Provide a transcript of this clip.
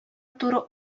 туры